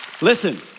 Listen